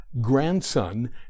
grandson